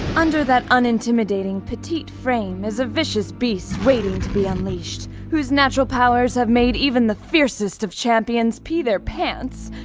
under that unintimidating petite frame is a vicious beast waiting to be unleashed, whose natural powers have made even the fiercest of champions pee their pants,